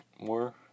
more